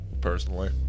personally